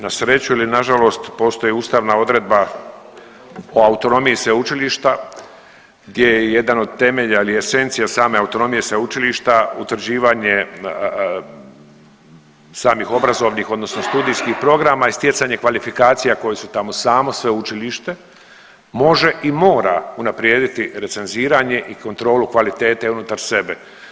Na sreću ili na žalost postoji ustavna odredba o autonomiji sveučilišta gdje je jedan od temelja ili esencija same autonomije sveučilišta utvrđivanje samih obrazovnih, odnosno studijskih programa i stjecanje kvalifikacija koje su tamo samo sveučilište može i mora unaprijediti recenziranje i kontrolu kvalitete unutar sebe.